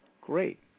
Great